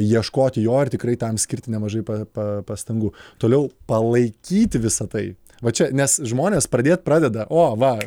ieškoti jo ir tikrai tam skirti nemažai pa pa pastangų toliau palaikyti visa tai va čia nes žmonės pradėt pradeda o va